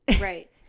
Right